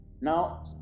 Now